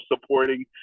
supporting